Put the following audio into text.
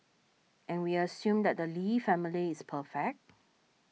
and we assume that the Lee family is perfect